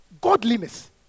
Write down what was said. godliness